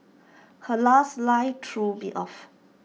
her last line threw me off